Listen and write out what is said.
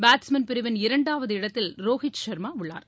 batsman பிரிவில் இரண்டாவது இடத்தில் ரோஹித் ஷர்மா உள்ளார்